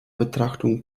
betrachtung